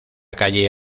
calle